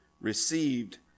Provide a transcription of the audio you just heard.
received